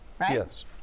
Yes